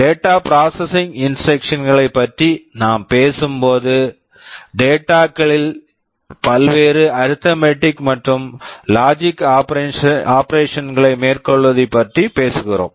data processing data processing instructions Instructions களைப் பற்றி நான் பேசும்போது டேட்டா data களில் பல்வேறு அரித்மேட்டிக் arithmetic மற்றும் லாஜிக் logic ஆபரேஷன்ஸ் operations களை மேற்கொள்வது பற்றி பேசுகிறோம்